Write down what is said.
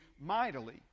mightily